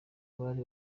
bari